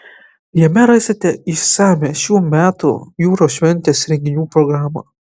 jame rasite išsamią šių metų jūros šventės renginių programą